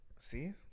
See